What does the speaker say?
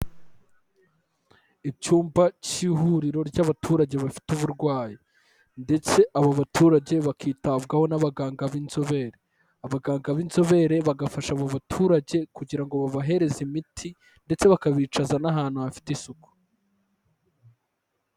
Icyumba cy'ihuriro ry'abaturage bafite uburwayi ndetse abo baturage bakitabwaho n'abaganga b'inzobere. Abaganga b'inzobere bagafasha abo baturage kugira ngo babahereze imiti ndetse bakabicaza n'ahantu hafite isuku.